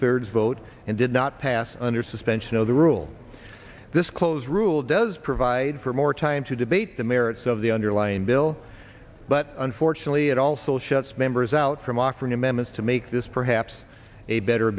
thirds vote and did not pass under suspension of the rule this close rule does provide for more time to debate the merits of the underlying bill but unfortunately it also shuts members out from offering amendments to make this perhaps a better